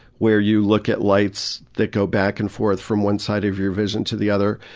where you look at lights that go back and forth from one side of your vision to the other.